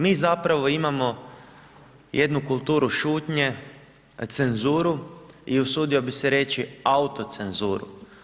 Mi zapravo imamo jednu kulturu šutnje, cenzuru i usudio bi se reći autocenzuru.